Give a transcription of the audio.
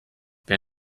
wer